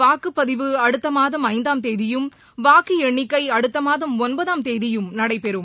வாக்குப்பதிவு அடுத்த மாதம் ஐந்தாம் தேதியும் வாக்கு எண்ணிக்கை அடுத்த மாதம் ஒன்பதாம் தேதியும் நடைபெறும்